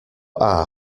are